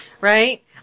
right